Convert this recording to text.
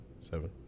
seven